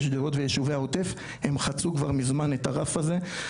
שדרות והעוטף הם חצו כבר מזמן את הרף הזה,